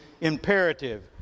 imperative